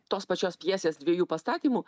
tos pačios pjesės dviejų pastatymų